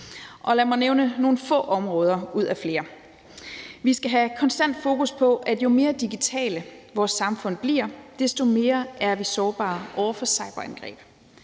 lad mig nævne nogle få områder ud af flere. Vi skal have et konstant fokus på, at jo mere digitalt, vores samfund bliver, desto mere er vi sårbare over for cyberangreb.